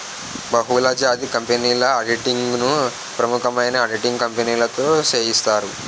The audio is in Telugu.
బహుళజాతి కంపెనీల ఆడిటింగ్ ను ప్రముఖమైన ఆడిటింగ్ కంపెనీతో సేయిత్తారు